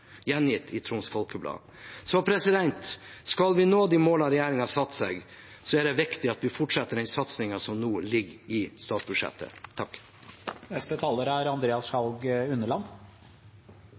gjengitt i Troms Folkeblad. Skal vi nå de målene regjeringen har satt seg, er det viktig at vi fortsetter den satsingen som nå ligger i statsbudsjettet. Et samfunn med små økonomiske forskjeller og store muligheter er